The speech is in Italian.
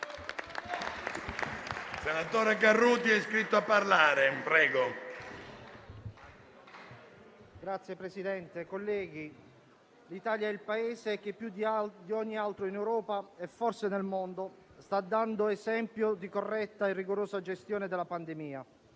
Signor Presidente, colleghi, l'Italia è il Paese che più di ogni altro in Europa e forse nel mondo sta dando esempio di corretta e rigorosa gestione della pandemia.